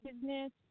business